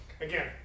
again